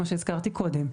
כפי שהזכרתי קודם לכן.